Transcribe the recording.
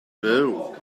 byw